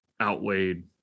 outweighed